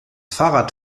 fahrrad